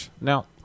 Now